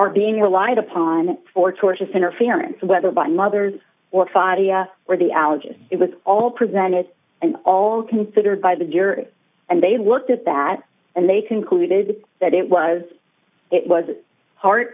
are being relied upon for tortious interference whether by mothers or fathers or the allergists it was all presented and all considered by the jury and they looked at that and they concluded that it was it was a part